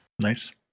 Nice